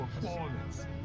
performance